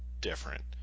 different